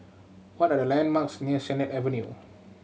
what are the landmarks near Sennett Avenue